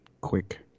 quick